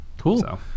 Cool